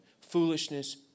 Foolishness